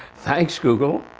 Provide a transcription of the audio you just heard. thanks google!